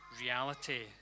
reality